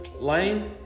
Lane